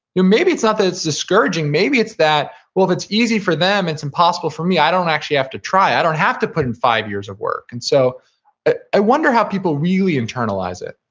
yeah maybe it's not that it's discouraging, maybe it's that, well, if it's easy for them it's impossible for me. i don't actually have to try. i don't have to put in five years of work. and so i wonder how people really internalize it?